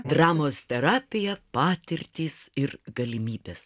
dramos terapija patirtys ir galimybės